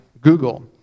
Google